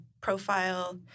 profile